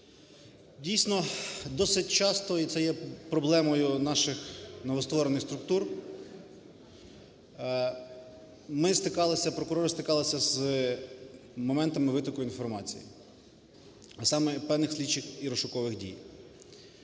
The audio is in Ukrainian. Дійсно, досить часто, і це є проблемою наших новостворених структур. Ми стикалися, прокурори стикалися з моментами витоку інформації, а саме певних слідчих і розшукових дій.